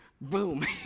boom